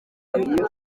iyo